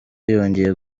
yongeye